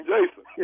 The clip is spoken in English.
Jason